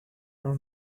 her